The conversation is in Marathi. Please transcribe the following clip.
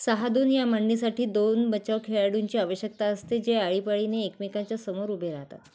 साहादून या मांडणीसाठी दोन बचाव खेळाडूंची आवश्यकता असते जे आळीपाळीने एकमेकांच्या समोर उभे राहतात